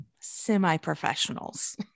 semi-professionals